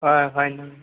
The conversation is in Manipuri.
ꯍꯣꯏ ꯍꯣꯏ ꯅꯪ